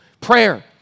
prayer